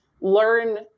learn